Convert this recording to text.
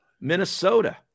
minnesota